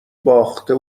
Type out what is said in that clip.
باخته